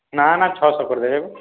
ନା ନା ଛଅଶହ କରିଦେବେ